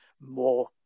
more